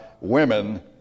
women